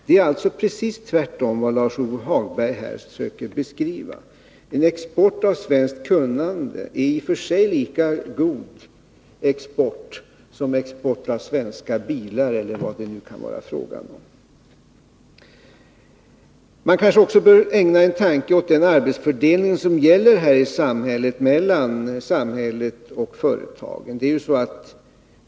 Det är alltså precis tvärtom mot vad Lars-Ove Hagberg här försöker beskriva. En export av svenskt kunnande är i och för sig lika god export som export av svenska bilar eller vad det kan vara fråga om. Man kanske också bör ägna en tanke åt den arbetsfördelning som gäller här i landet mellan samhället och företagen.